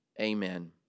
Amen